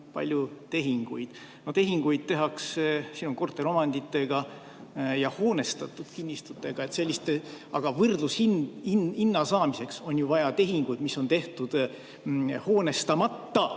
palju tehinguid. Tehinguid tehakse korteriomanditega ja hoonestatud kinnistutega, aga võrdlushinna saamiseks on ju vaja tehinguid, mis on tehtud hoonestamata,